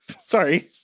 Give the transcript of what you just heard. Sorry